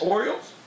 Orioles